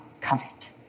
covet